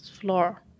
floor